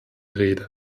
rede